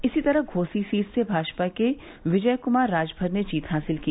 इसी तरह घोसी सीट से भाजपा के विजय कुमार राजभर ने जीत हासिल की